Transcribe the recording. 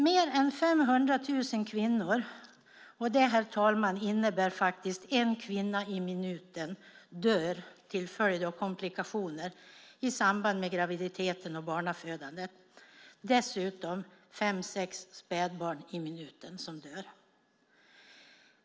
Mer än 500 000 kvinnor - och det, herr talman, innebär en kvinna i minuten - dör till följd av komplikationer i samband med graviditeten och barnafödandet. Dessutom dör fem sex spädbarn i minuten.